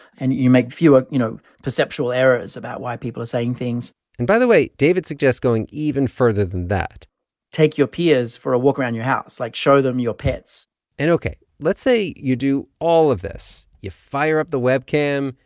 and you make fewer, you know, perceptual errors about why people are saying things and, by the way, david suggests going even further than that take your peers for a walk around your house. like, show them your pets and, ok, let's say you do all of this. you fire up the webcam,